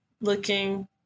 looking